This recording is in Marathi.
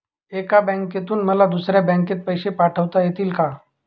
एका बँकेतून मला दुसऱ्या बँकेत पैसे पाठवता येतील का?